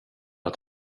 att